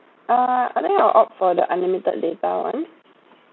uh I think I'll opt for the unlimited data [one]